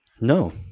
No